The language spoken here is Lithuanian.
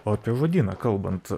o apie žodyną kalbant